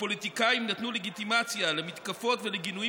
"פוליטיקאים נתנו לגיטימציה למתקפות ולגינויים